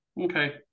okay